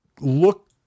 look